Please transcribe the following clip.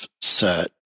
set